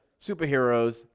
superheroes